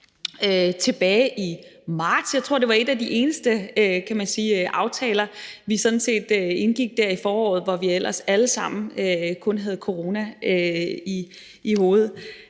tilbage i marts. Jeg tror, det var en af de eneste aftaler, vi indgik der i foråret, hvor vi ellers alle sammen kun havde corona i hovedet,